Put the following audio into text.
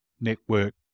network